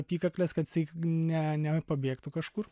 apykaklės kad jisai ne nepabėgtų kažkur